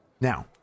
Now